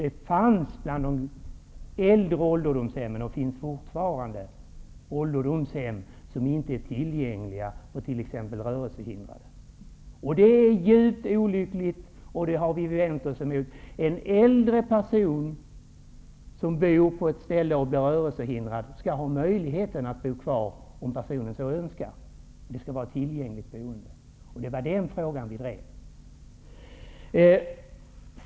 Det fanns bland de äldre ålderdomshemmen, och finns fortfarande, hem som inte är tillgängliga för t.ex. de rörelsehindrade. Det är djupt olyckligt, och vi har vänt oss emot det. En äldre person som bor på ett ställe och sedan blir rörelsehindrad skall ha möjlighet att bo kvar om personen så önskar. Boendet skall vara tillgängligt. Det var den frågan vi drev.